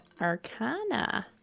Arcana